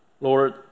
Lord